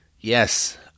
yes